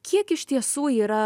kiek iš tiesų yra